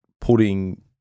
putting